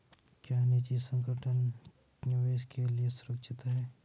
क्या निजी संगठन निवेश के लिए सुरक्षित हैं?